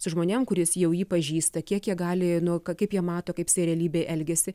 su žmonėm kuris jau jį pažįsta kiek jie gali nu ką kaip jie mato kaip jisai realybėj elgiasi